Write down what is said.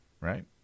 Right